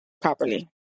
properly